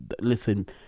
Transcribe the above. listen